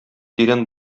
тирән